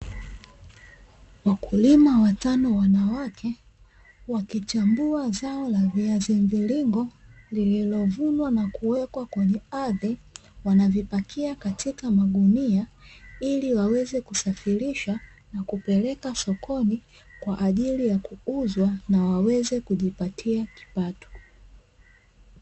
Wakulima watano wanawake wakichambua zao la viazi mviringo lililovunwa na kuwekwa kwenye ardhi. Wanavipakia katika magunia ili waweze kusafirisha na kupeleka sokoni kwa ajili ya kuuzwa na waweze kujipatia kipato.